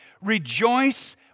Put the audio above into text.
rejoice